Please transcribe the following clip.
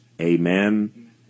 Amen